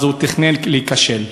תכנן להיכשל.